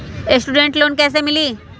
Student loan कैसे मिली?